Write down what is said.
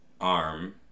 arm